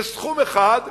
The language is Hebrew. זה סכום אחד,